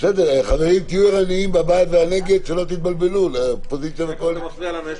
לא עברה.